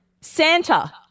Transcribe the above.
Santa